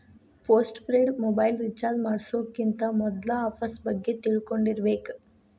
post paid mobile recharge ಮಾಡ್ಸೋಕ್ಕಿಂತ ಮೊದ್ಲಾ offers ಬಗ್ಗೆ ತಿಳ್ಕೊಂಡಿರ್ಬೇಕ್